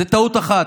זו טעות אחת.